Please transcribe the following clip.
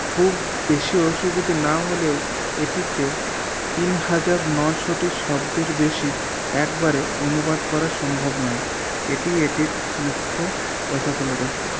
খুব বেশি অসুবিধে না হলেও এটিতে তিন হাজার নয়শোটি শব্দের বেশী একবারে অনুবাদ করা সম্ভব নয় এটি এটির মুখ্য অসফলতা